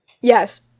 Yes